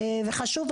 וחשוב,